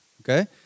okay